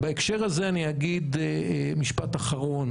בהקשר הזה אני אגיד משפט אחרון